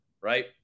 right